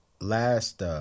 Last